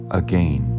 again